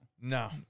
No